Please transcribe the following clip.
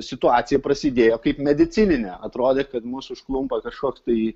situacija prasidėjo kaip medicininė atrodė kad mus užklumpa kažkoks tai